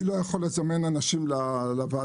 אני לא יכול לזמן אנשים לוועדה.